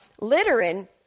littering